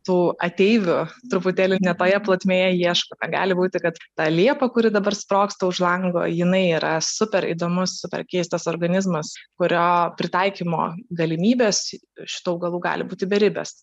tų ateivių truputėlį ne toje plotmėje ieško negali būti kad ta liepa kuri dabar sprogsta už lango jinai yra super įdomus super keistas organizmas kurio pritaikymo galimybės šitų augalų gali būti beribės